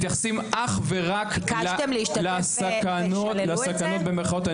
מתייחסים אך ורק לסכנות במירכאות --- ביקשתם להשתתף והם שללו את זה?